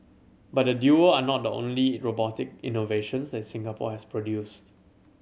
but the duo are not the only robotic innovations that Singapore has produced